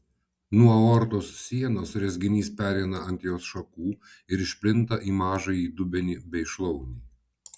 nuo aortos sienos rezginys pereina ant jos šakų ir išplinta į mažąjį dubenį bei šlaunį